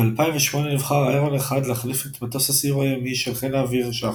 ב-2008 נבחר ההרון 1 להחליף את מטוס הסיור הימי של חיל האוויר שחף.